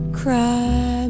cry